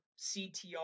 CTR